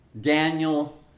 Daniel